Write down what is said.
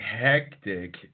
hectic